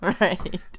Right